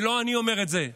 ולא אני אומר את זה,